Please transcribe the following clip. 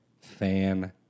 Fan